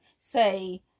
say